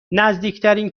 نزدیکترین